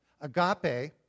Agape